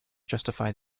justify